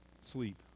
sleep